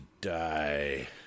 die